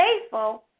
faithful